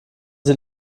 sie